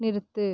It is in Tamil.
நிறுத்து